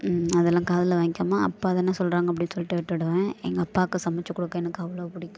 அதெல்லாம் காதில் வாங்கிக்காம அப்பாதானே சொல்கிறாங்க அப்டின்னு சொல்லிட்டு விட்டுடுவேன் எங்கள் அப்பாவுக்கு சமைத்து கொடுக்க எனக்கு அவ்வளோ பிடிக்கும்